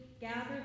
Gather